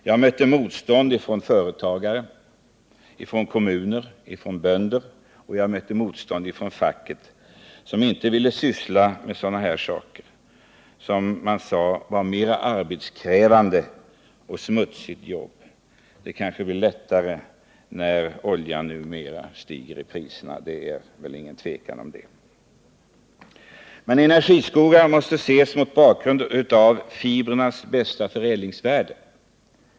Jag mötte då motstånd från företagare, från kommuner och från bönder, och jag mötte motstånd också från facket, som inte heller ville att man skulle syssla med sådant — man sade att det var ett arbetskrävande och smutsigt jobb. Det kanske blir lättare att göra det nu, när oljan stiger i pris; att den gör det är det väl ingen tvekan om. Men energiskogarna måste ses mot bakgrund av fibrernas bästa förädlingsvärde.